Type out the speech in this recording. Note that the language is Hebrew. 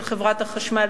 של חברת החשמל,